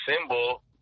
symbol